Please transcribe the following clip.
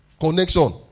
Connection